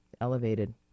elevated